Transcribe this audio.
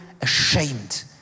ashamed